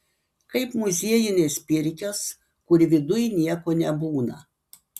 kaip muziejinės pirkios kur viduj nieko nebūna